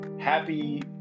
happy